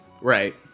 Right